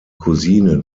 cousine